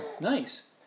Nice